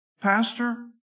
Pastor